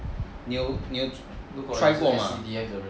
你有 try 过吗